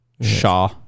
Shaw